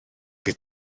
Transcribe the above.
fydd